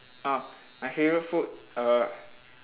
oh my favourite food err